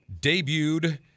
debuted